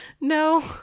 No